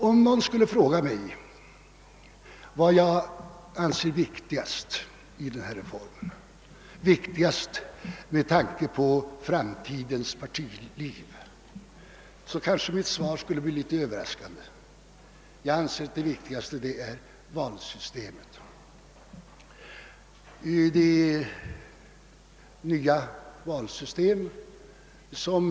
Om någon skulle fråga mig vad jag anser viktigast i föreliggande reform — viktigast med tanke på framtidens partiliv — kanske mitt svar skulle bli litet överraskande. Jag anser nämligen att det viktigaste är valsystemet.